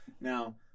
Now